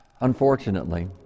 Unfortunately